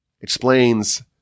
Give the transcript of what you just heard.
Explains